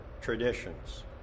traditions